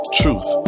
truth